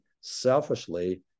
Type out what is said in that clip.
selfishly